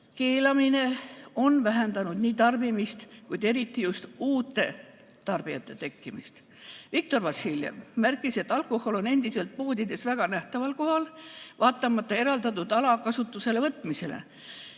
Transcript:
keelamine on vähendanud tarbimist, kuid eriti just uute tarbijate tekkimist. Viktor Vassiljev märkis, et alkohol on endiselt poodides väga nähtaval kohal, vaatamata eraldatud ala kasutusele võtmisele.